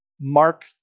Mark